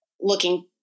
looking